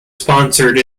sponsored